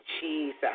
Jesus